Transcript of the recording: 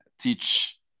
teach